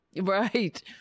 right